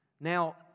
Now